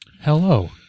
Hello